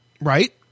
Right